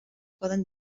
poden